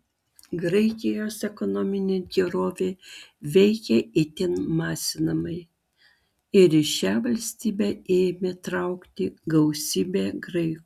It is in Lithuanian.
graikijos ekonominė gerovė veikė itin masinamai ir į šią valstybę ėmė traukti gausybė graikų